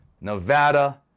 Nevada